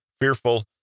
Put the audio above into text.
fearful